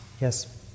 Yes